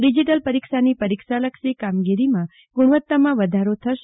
digital પરીક્ષાની પરીક્ષાલક્ષી કામગીરીમાં ગુણવત્તામાં વધારો થશે